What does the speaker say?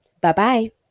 Bye-bye